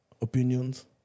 opinions